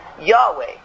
Yahweh